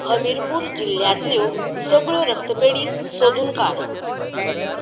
हमिरपूर जिल्ल्यांतल्यो सगळ्यो रक्तपेडी सोदून काड